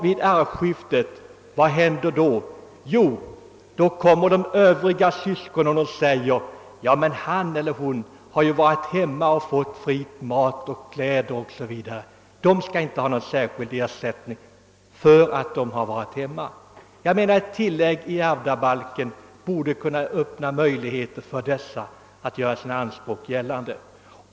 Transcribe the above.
Vid arvskiften händer det ofta att övriga syskon säger: »Ja, men han eller hon har ju varit hemma och haft fri mat, fria kläder o.s.v. och skall därför inte ha någon särskild ersättning.» Ett tillägg till ärvdabalken borde göra det möjligt för dessa personer att göra sina anspråk gällande.